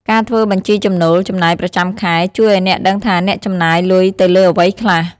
ការធ្វើបញ្ជីចំណូល-ចំណាយប្រចាំខែ ជួយឲ្យអ្នកដឹងថាអ្នកចំណាយលុយទៅលើអ្វីខ្លះ។